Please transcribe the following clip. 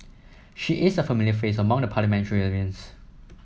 she is a familiar face among the parliamentarians